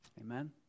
Amen